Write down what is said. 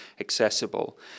accessible